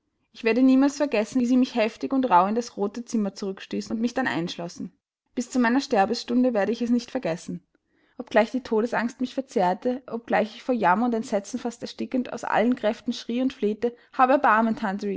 ich werde niemals vergessen wie sie mich heftig und rauh in das rote zimmer zurückstießen und mich dann einschlossen bis zu meiner sterbestunde werde ich es nicht vergessen obgleich die todesangst mich verzehrte obgleich ich vor jammer und entsetzen fast erstickend aus allen kräften schrie und flehte hab erbarmen